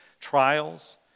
trials